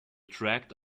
tract